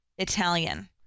Italian